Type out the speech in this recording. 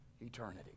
eternity